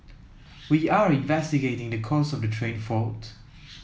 we are investigating the cause of the train fault